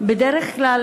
בדרך כלל,